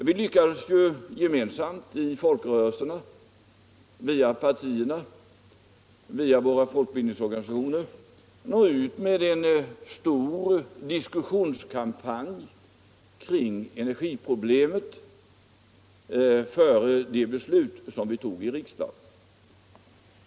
Vi lyckades ju gemensamt att via folkrörelserna, partierna och folkbildningsorganisationerna nå ut med en stor diskussionskampanj kring energiproblemen innan vi här i riksdagen fattade beslut i den frågan.